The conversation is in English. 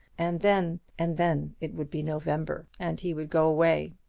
and then and then it would be november, and he would go away,